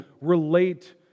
relate